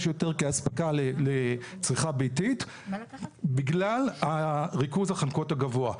יותר כאספקה לצריכה ביתית בגלל ריכוז החנקות הגבוה,